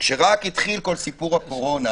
כשרק התחיל סיפור הקורונה